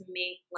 make